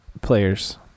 players